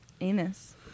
anus